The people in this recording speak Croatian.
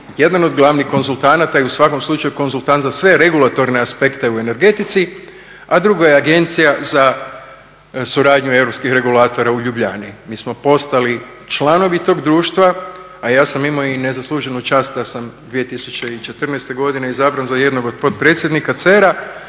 jedan od glavnih konzultanata i u svakom slučaju konzultant za sve regulatorne aspekte u energetici, a drugo je Agencija za suradnju europskih regulatora u Ljubljani. Mi smo postali članovi tog društva, a ja sam imao i nezasluženu čast da sam 2014.godine izabran za jednog od potpredsjednika CERA